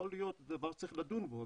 יכול להיות שזה דבר שצריך לדון בו,